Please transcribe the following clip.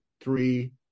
three